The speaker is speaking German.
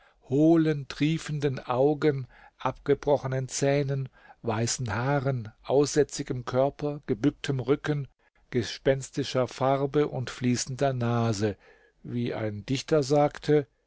hohlen triefenden augen abgebrochenen zähnen weißen haaren aussätzigem körper gebücktem rücken gespenstischer farbe und fließender nase wie ein dichter sagte